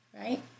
right